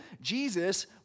Jesus